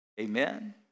Amen